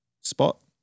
spot